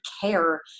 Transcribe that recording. care